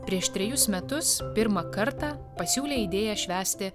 prieš trejus metus pirmą kartą pasiūlė idėją švęsti